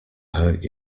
hurt